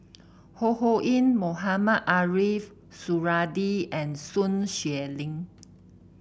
Ho Ho Ying Mohamed Ariff Suradi and Sun Xueling